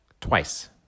Twice